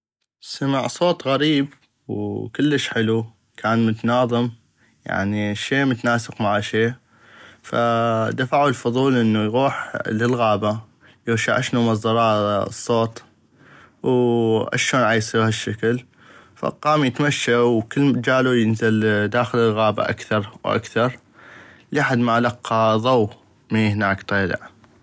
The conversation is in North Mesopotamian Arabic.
سمع صوت غريب وكلش حلو كان متناغم يعني شي متناسق مع شي فدفعو الفضول انو يغوح للغابة يغشع اشنو مصدر هذا الصوت واشون عيصيغ هشكل فقام بتمشى كلجالو ينزل داخل الغابة اكثغ واكثر لحد ما لقى ضوء من هناك طيلع.